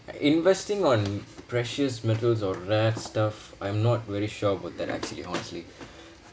investing on precious metals or rare stuff I'm not very sure about that actually honestly